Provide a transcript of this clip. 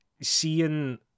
seeing